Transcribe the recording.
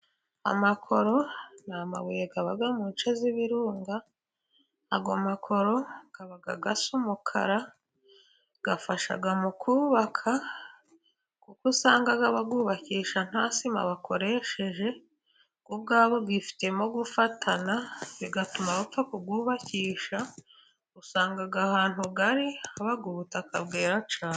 Amakoro ni amabuye aba mu nshe z'ibirunga, ayo makoro aba asa umukara, afasha mu kubaka, kuko usanga bayubakisha nta sima bakoresheje, ubwayo yifitemo gufatana, bigatuma bapfa kuyubakisha, usanga ahantu ari haba ubutaka bwera cyane.